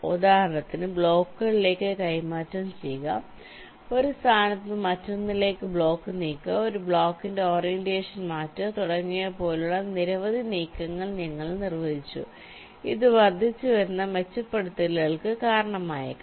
ഉദാഹരണത്തിന് ബ്ലോക്കുകളിലേക്ക് കൈമാറ്റം ചെയ്യുക ഒരു സ്ഥാനത്ത് നിന്ന് മറ്റൊന്നിലേക്ക് ബ്ലോക്ക് നീക്കുക ഒരു ബ്ലോക്കിന്റെ ഓറിയന്റേഷൻ മാറ്റുക തുടങ്ങിയവ പോലുള്ള നിരവധി നീക്കങ്ങൾ നിങ്ങൾ നിർവ്വചിച്ചു ഇത് വർദ്ധിച്ചുവരുന്ന മെച്ചപ്പെടുത്തലുകൾക്ക് കാരണമായേക്കാം